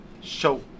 Show